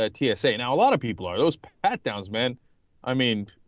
ah g s a in ah a lot of people are most at the house men i mean